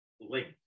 link